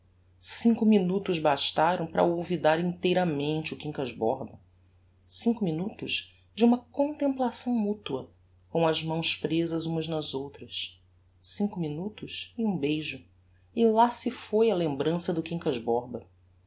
cinco minutos bastaram para olvidar inteiramente o quincas borba cinco minutos de uma contemplação mutua com as mãos presas umas nas outras cinco minutos e um beijo e lá se foi a lembrança do quincas borba